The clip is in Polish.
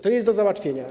To jest do załatwienia.